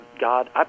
God